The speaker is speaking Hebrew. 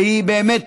ובאמת